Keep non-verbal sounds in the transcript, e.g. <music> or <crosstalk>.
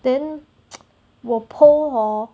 then <noise> 我碰 hor